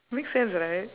makes sense right